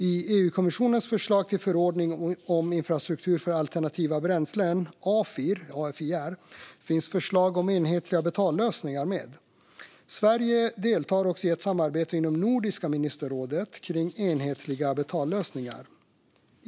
I EU-kommissionens förslag till förordning om infrastruktur för alternativa bränslen, AFIR, finns förslag om enhetliga betallösningar med. Sverige deltar också i ett samarbete inom Nordiska ministerrådet kring enhetliga betallösningar.